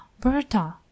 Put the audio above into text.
Berta